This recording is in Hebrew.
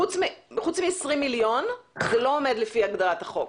חוץ מ-20 מיליון זה לא עומד לפי הגדרת החוק.